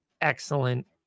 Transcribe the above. excellent